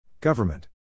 Government